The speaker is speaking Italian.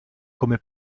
come